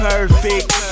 Perfect